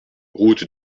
route